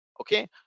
okay